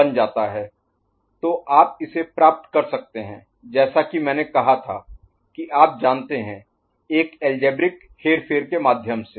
T DQn' D'Qn तो आप इसे प्राप्त कर सकते हैं जैसा कि मैंने कहा था कि आप जानते हैं एक अलजेब्रिक हेरफेर के माध्यम से